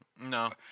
no